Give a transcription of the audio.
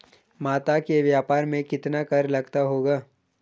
मोती के व्यापार में कितना कर लगता होगा?